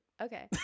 okay